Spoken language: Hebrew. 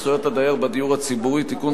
הצעת חוק זכויות הדייר בדיור הציבורי (תיקון,